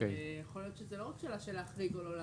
אבל יכול להיות שזו לא רק שאלה של להחריג או לא להחריג.